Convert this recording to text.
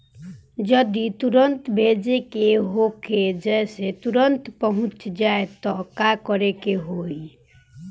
जदि तुरन्त भेजे के होखे जैसे तुरंत पहुँच जाए त का करे के होई?